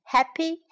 !Happy